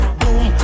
boom